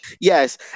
Yes